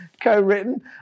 co-written